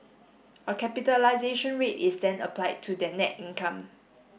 a capitalisation rate is then applied to that net income